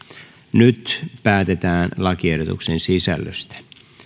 nyt päätetään lakiehdotuksen sisällöstä